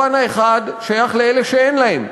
הפן האחד שייך לאלה שאין להם.